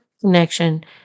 connection